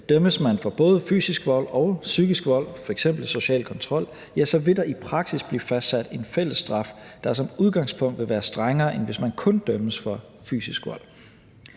dømmes for både fysisk vold og psykisk vold, f.eks. social kontrol, så vil der i praksis blive fastsat en fælles straf, der som udgangspunkt vil være strengere, end hvis man kun dømmes for fysisk vold.